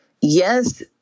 Yes